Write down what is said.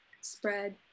spread